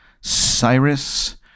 Cyrus